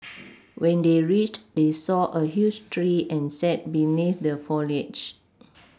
when they reached they saw a huge tree and sat beneath the foliage